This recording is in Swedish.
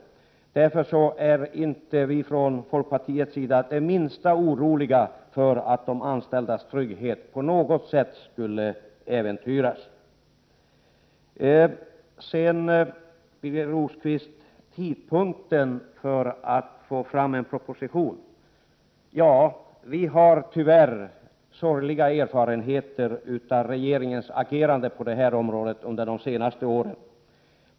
Från folkpartiets sida är vi därför inte det minsta oroliga för att de anställdas trygghet på något sätt skulle äventyras. Sedan till frågan om tidpunkten för framläggandet av en proposition, Birger Rosqvist. Vi har tyvärr sorgliga erfarenheter av regeringens agerande på detta område under de senaste åren.